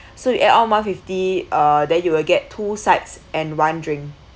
so you add on one fifty uh then you will get two sides and one drink